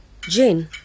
Jane